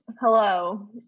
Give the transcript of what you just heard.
Hello